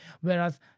Whereas